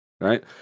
right